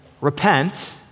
repent